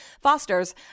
Fosters